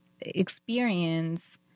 experience